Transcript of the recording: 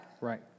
Right